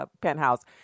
penthouse